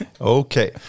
okay